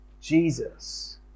Jesus